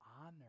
honor